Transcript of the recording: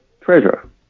treasure